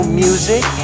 music